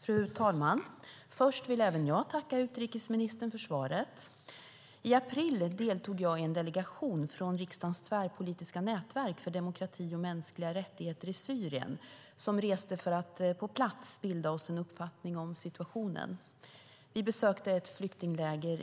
Fru talman! Först vill även jag tacka utrikesministern för svaret. I april deltog jag i en delegation från riksdagens tvärpolitiska nätverk för demokrati och mänskliga rättigheter i Syrien. Vi reste till Syrien för att på plats bilda oss en uppfattning om situationen. Vi besökte ett flyktingläger